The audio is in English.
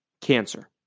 Cancer